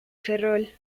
ferrol